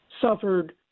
suffered